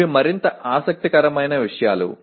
ఇవి మరింత ఆసక్తికరమైన విషయాలు